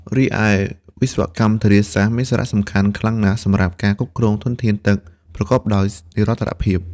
រីឯវិស្វកម្មធារាសាស្ត្រ មានសារៈសំខាន់ខ្លាំងណាស់សម្រាប់ការគ្រប់គ្រងធនធានទឹកប្រកបដោយនិរន្តរភាព។